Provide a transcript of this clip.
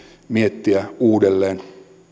miettiä uudelleen